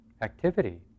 activity